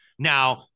Now